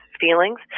feelings